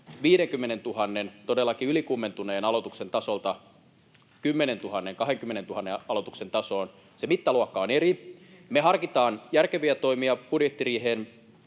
todellakin ylikuumentuneelta, 50 000 aloituksen tasolta 10 000—20 000 aloituksen tasoon. Se mittaluokka on eri. Me harkitaan järkeviä toimia budjettiriiheen